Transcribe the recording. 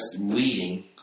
leading